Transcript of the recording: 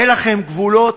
אין לכם גבולות?